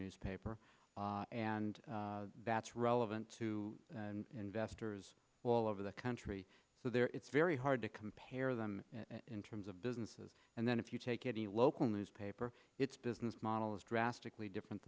newspaper and that's relevant to investors all over the country so there it's very hard to compare them in terms of businesses and then if you take any local newspaper its business model is drastically different